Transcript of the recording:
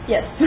Yes